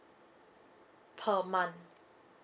per month